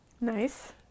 nice